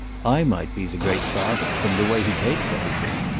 i might be the great father from the way he takes everything.